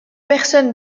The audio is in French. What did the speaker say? personnes